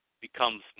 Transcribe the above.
becomes